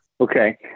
Okay